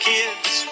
Kids